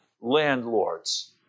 landlords